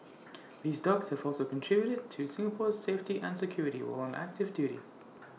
these dogs have also contributed to Singapore's safety and security while on active duty